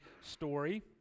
story